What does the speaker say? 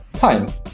Hi